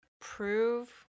prove